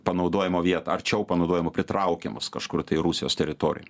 panaudojimo vietą arčiau panaudojimo pritraukiamas kažkur tai rusijos teritorijoj